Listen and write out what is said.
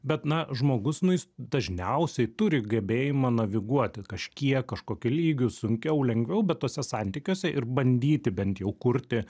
bet na žmogus nu jis dažniausiai turi gebėjimą naviguoti kažkiek kažkokiu lygiu sunkiau lengviau bet tuose santykiuose ir bandyti bent jau kurti